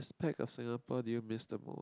part of Singapore do you miss the most